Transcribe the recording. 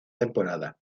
temporada